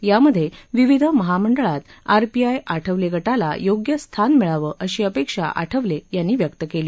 यामध्ये विविध महामंडळात आरपीआय आठवले गटाला योग्य स्थान मिळावं अशी अपेक्षा आठवले यांनी व्यक्त केली